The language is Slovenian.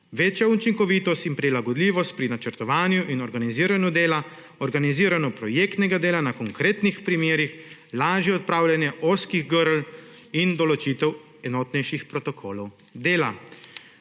večja učinkovitost in prilagodljivost pri načrtovanju in organiziranju dela, organiziranje projektnega dela na konkretnih primerih, lažja odpravljanja ozkih grl in določitev enotnejših protokolov dela;